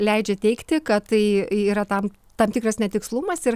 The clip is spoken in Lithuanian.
leidžia teigti kad tai yra tam tam tikras netikslumas ir